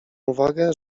uwagę